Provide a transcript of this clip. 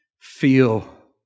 feel